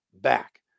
back